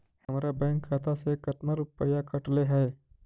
हमरा बैंक खाता से कतना रूपैया कटले है?